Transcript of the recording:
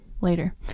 later